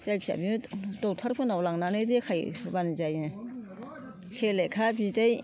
जायखिया बे ड'क्टरफोरनाव लांनानै देखायहोबानो जायो सेलेखा बिदै